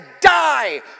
die